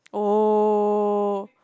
oh